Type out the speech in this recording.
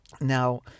Now